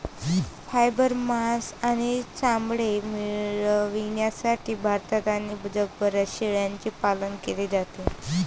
fibre, मांस आणि चामडे मिळविण्यासाठी भारतात आणि जगभरात शेळ्यांचे पालन केले जाते